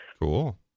cool